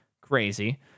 Crazy